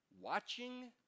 watching